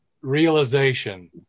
realization